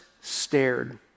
stared